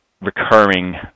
recurring